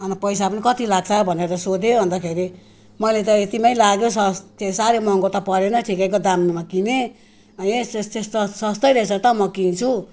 अनि पैसा पनि कति लाग्छ भनेर सोधे अनि त खेरि मैले त यति नै लाग्यो स त्यो साह्रै महङ्गो त परेन ठिकैको दाममा किनेँ यस् यस् यस्तो सस्तै रहेछ त म किन्छु